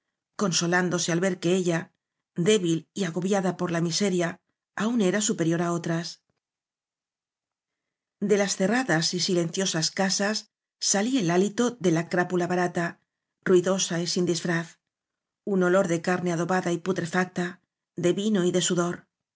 consolándose al ver que ella débil y agobiada por la miseria aún era superior á otras de las cerradas y silenciosas casas salía el hálito de la crápula barata ruidosa y sin disfraz un olor de carne adobada y putrefacta de vino y de sudor